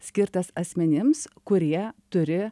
skirtas asmenims kurie turi